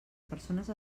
persones